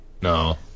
No